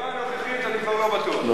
באווירה הנוכחית אני כבר לא בטוח.